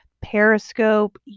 periscope